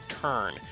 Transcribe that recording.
turn